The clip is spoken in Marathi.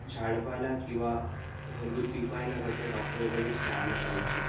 झाडपाला किंवा घरगुती उपाय न करता डॉक्टरकडेच न्यायला पाहिजे